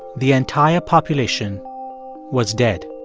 the entire population was dead